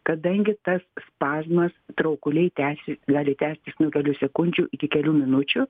kadangi tas spazmas traukuliai tęsi gali tęstis nuo kelių sekundžių iki kelių minučių